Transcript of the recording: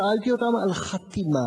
שאלתי אותם על חתימה